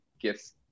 gifts